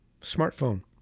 Smartphone